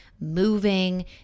moving